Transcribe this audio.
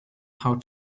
how